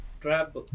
trap